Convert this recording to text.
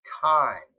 time